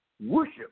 worship